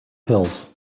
pills